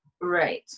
Right